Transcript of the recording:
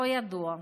לא ידוע.